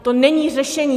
To není řešení.